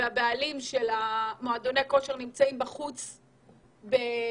ובעלי מועדוני הכושר נמצאים בחוץ במחאה,